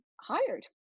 hired